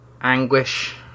anguish